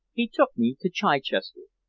he took me to chichester.